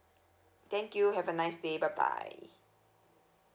thank you have a nice day bye bye